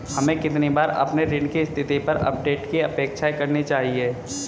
हमें कितनी बार अपने ऋण की स्थिति पर अपडेट की अपेक्षा करनी चाहिए?